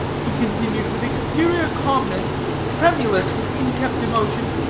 he continued, with exterior calmness tremulous with inkept emotion.